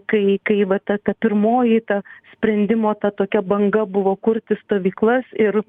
kai kai va ta ta pirmoji ta sprendimo ta tokia banga buvo kurti stovyklas ir